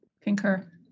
concur